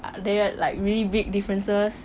are there like really big differences